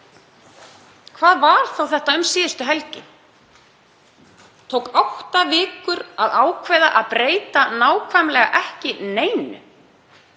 Hvað var þá þetta um síðustu helgi? Tók átta vikur að ákveða að breyta nákvæmlega ekki neinu?